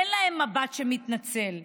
אין להם מבט שמתנצל בעיניים,